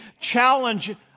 challenge